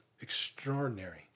extraordinary